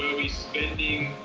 we spending.